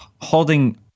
holding